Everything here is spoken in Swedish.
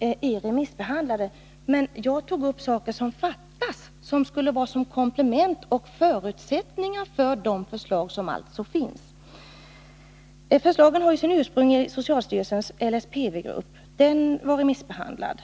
riksdagen är remissbehandlade. Men jag tog upp saker som fattas, som skulle utgöra komplement och förutsättningar för de förslag som alltså föreligger. Förslagen har ju sitt ursprung i socialstyrelsens LSPV-grupp. Dess betänkande var remissbehandlat.